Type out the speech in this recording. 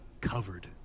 covered